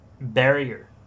barrier